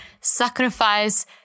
sacrifice